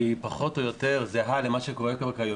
היא פחות או יותר זהה למה שקורה כיום.